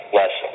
less